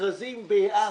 המכרזים ביעף.